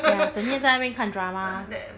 ya 整天在那边看 drama